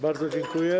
Bardzo dziękuję.